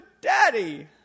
daddy